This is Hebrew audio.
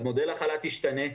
אז מודל החל"ת ישתנה,